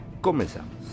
Comenzamos